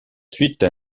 suite